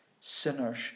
sinners